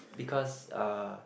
because uh